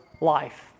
life